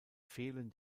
fehlen